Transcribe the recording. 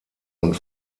und